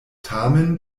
tamen